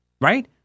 right